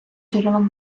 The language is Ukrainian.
джерелом